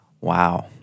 Wow